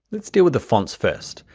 let's deal with the fonts first.